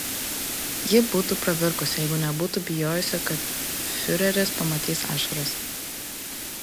ji būtų pravirkus jeigu nebūtų bijojusi kad fiureris pamatys ašaras